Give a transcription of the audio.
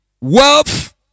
wealth